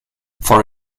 for